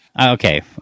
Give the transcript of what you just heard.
okay